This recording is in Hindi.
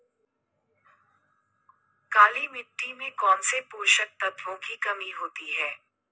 काली मिट्टी में कौनसे पोषक तत्वों की कमी होती है?